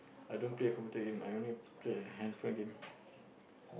I don't play computer game I only play uh handphone game